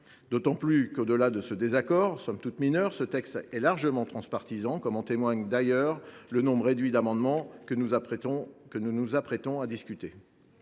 d’autant plus qu’au delà de ce désaccord, somme toute mineur, ce texte est largement transpartisan, comme en témoignage d’ailleurs le nombre réduit d’amendements dont nous nous apprêtons à débattre.